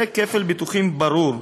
זה כפל ביטוחים ברור.